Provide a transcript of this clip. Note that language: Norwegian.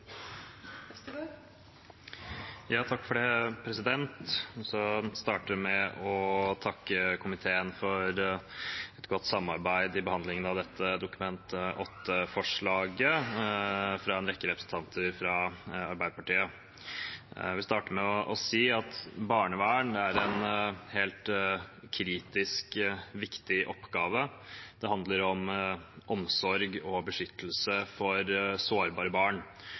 Jeg vil takke komiteen for et godt samarbeid i behandlingen av dette Dokument 8-forslaget fra en rekke representanter fra Arbeiderpartiet. Jeg vil starte med å si at barnevern er en helt kritisk viktig oppgave. Det handler om omsorg for og beskyttelse av sårbare barn,